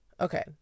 okay